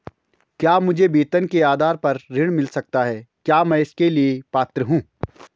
क्या मुझे वेतन के आधार पर ऋण मिल सकता है क्या मैं इसके लिए पात्र हूँ?